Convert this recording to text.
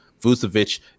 Vucevic